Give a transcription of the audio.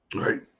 right